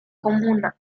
comuna